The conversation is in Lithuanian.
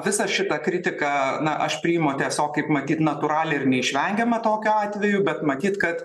visą šitą kritiką na aš priimu tiesiog kaip matyt natūralią ir neišvengiamą tokiu atveju bet matyt kad